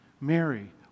Mary